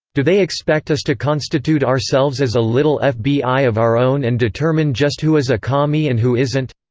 do they expect us to constitute ourselves as a little ah fbi of our own and determine just who is a commie and who isn't?